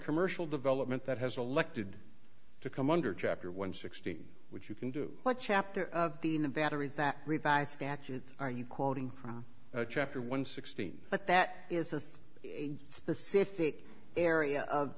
commercial development that has elected to come under chapter one sixteen which you can do what chapter of the in the batteries that revised statutes are you quoting from chapter one sixteen but that is a specific area of